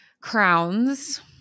crowns